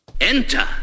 Enter